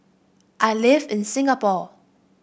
I live in Singapore